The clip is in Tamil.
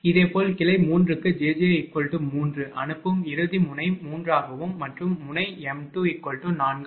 இதேபோல் கிளை 3 க்கு jj3 அனுப்பும் இறுதி முனை 3 ஆகவும் மற்றும் முனைm24பெறும்